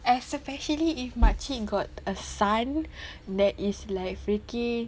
especially if makcik got a son that is like freaky